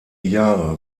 jahre